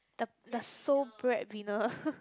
the the sole bread winner